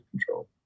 control